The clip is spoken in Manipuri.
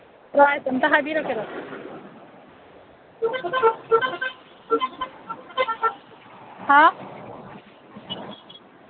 ꯄ꯭ꯔꯥꯏꯁ ꯑꯝꯇ ꯍꯥꯏꯕꯤꯔꯛꯀꯦꯔꯣ ꯍꯥ